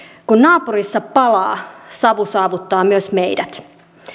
kun naapurissa palaa savu saavuttaa myös meidät